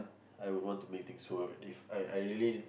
I will want to make things work If I I really